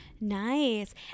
Nice